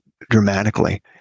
dramatically